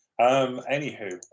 Anywho